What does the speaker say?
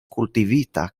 kultivata